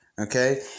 Okay